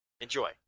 Enjoy